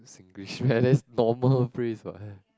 Singlish but that's normal phrase what